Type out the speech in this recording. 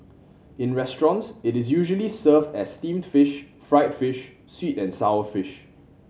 in restaurants it is usually served as steamed fish fried fish sweet and sour fish